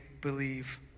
believe